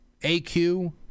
AQ